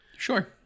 Sure